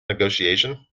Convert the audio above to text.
negotiation